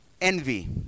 Envy